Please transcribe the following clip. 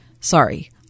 Sorry